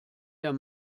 der